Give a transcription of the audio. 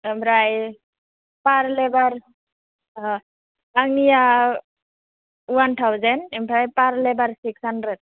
ओमफ्राय per labour अ आंनिया वान थावजेन ओमफ्राय पार लेबार सिक्स हाण्ड्रेड